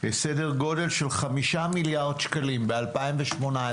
סדר גודל של 5 מיליארד שקלים ב-2018,